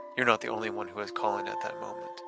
you're not the only one who is calling at that moment.